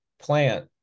plant